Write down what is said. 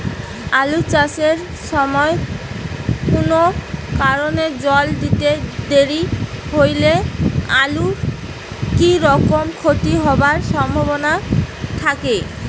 আলু চাষ এর সময় কুনো কারণে জল দিতে দেরি হইলে আলুর কি রকম ক্ষতি হবার সম্ভবনা থাকে?